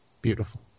Beautiful